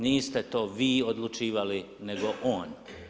Niste to vi odlučivali nego on.